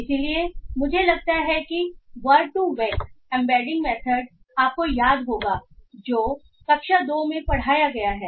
इसलिए मुझे लगता है कि वरड2वेक् word2vec एम्बेडिंग मेथड आपको याद होगा जो कक्षा में पढ़ाया गया है